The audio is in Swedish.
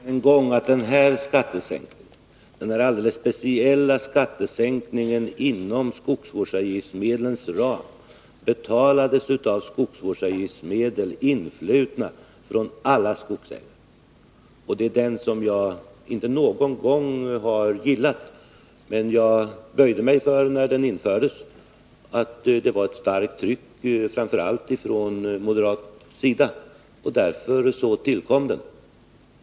Herr talman! Jag upprepar bara än en gång att den här alldeles speciella skattesänkningen betalades av skogsvårdsavgiftsmedel, influtna från alla skogsägare. Jag har inte någon gång gillat den, men jag böjde mig för den när den infördes. Det var ett starkt tryck, framför allt från moderat sida, och därför tillkom den.